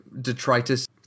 detritus